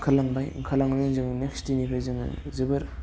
ओंखारलांबाय ओंखारलांनानै जों नेक्स्ट दिननिफ्राय जोङो जोबोर